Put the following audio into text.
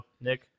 nick